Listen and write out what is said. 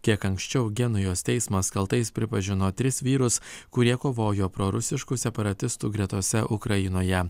kiek anksčiau genujos teismas kaltais pripažino tris vyrus kurie kovojo prorusiškų separatistų gretose ukrainoje